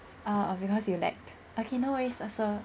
orh uh because you lagged okay no worries also